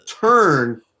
turn